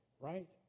right